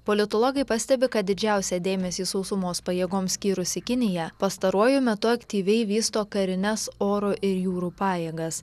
politologai pastebi kad didžiausią dėmesį sausumos pajėgoms skyrusi kinija pastaruoju metu aktyviai vysto karines oro ir jūrų pajėgas